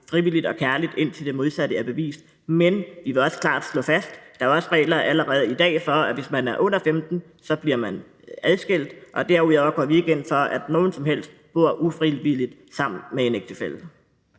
frivilligt og kærligt, indtil det modsatte er bevist. Men vi vil også klart slå fast, at der allerede i dag er regler for, at hvis man bliver adskilt, hvis den ene er under 15 år. Derudover går vi ikke ind for, at nogen som helst bor ufrivilligt sammen med en ægtefælle.